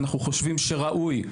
אנחנו חושבים שראוי,